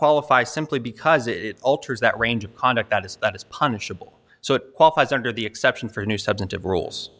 qualify simply because it alters that range of conduct that is that is punishable so it qualifies under the exception for new substantive rules